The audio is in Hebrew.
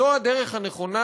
זו הדרך הנכונה,